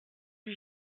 dix